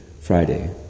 Friday